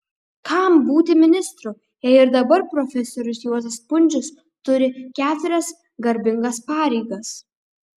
kam būti ministru jei ir dabar profesorius juozas pundzius turi keturias garbingas pareigas